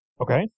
Okay